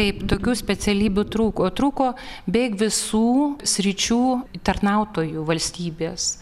taip tokių specialybių trūko trūko beveik visų sričių tarnautojų valstybės